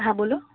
હા બોલો